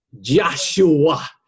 Joshua